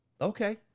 Okay